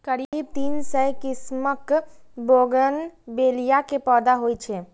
करीब तीन सय किस्मक बोगनवेलिया के पौधा होइ छै